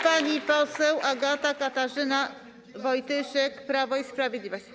Pani poseł Agata Katarzyna Wojtyszek, Prawo i Sprawiedliwość.